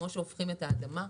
כפי שהופכים את האדמה.